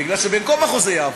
מפני שבין כה וכה זה יעבור,